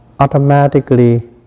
automatically